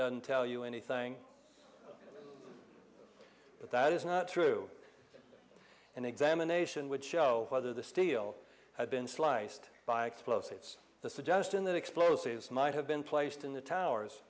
done tell you anything but that is not true an examination would show whether the steel had been sliced by explosives the suggestion that explosives might have been placed in the towers